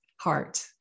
heart